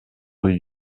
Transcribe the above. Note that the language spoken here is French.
rue